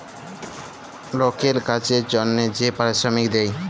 লকের কাজের জনহে যে পারিশ্রমিক দেয়